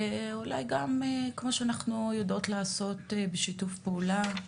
ואולי גם, כמו שאנחנו יודעות לעשות בשיתוף פעולה,